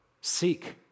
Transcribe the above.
Seek